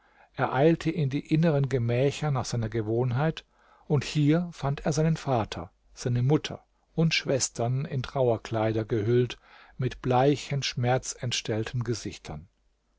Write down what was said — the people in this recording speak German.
eilte in die inneren gemächer nach seiner gewohnheit und hier fand er seinen vater seine mutter und schwestern in trauerkleider gehüllt mit bleichen schmerzentstellten gesichtern